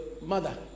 mother